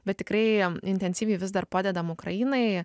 bet tikrai intensyviai vis dar padedam ukrainai